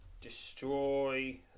Destroy